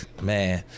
man